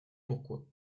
pourquoi